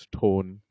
tone